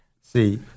See